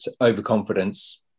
overconfidence